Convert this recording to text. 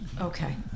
okay